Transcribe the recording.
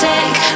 Take